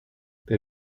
der